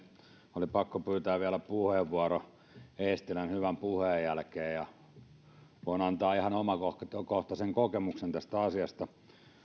oli pakko pyytää vielä puheenvuoro eestilän hyvän puheen jälkeen ja voin antaa ihan omakohtaisen omakohtaisen kokemuksen tästä asiasta